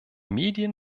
medien